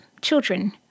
children